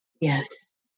Yes